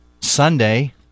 Sunday